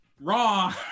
wrong